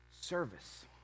service